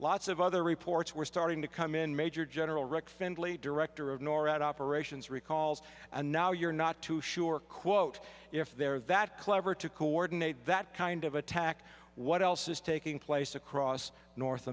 lots of other reports were starting to come in major general rick findley director of norad operations recalls and now you're not too sure quote if they're that clever to coordinate that kind of attack what else is taking place across north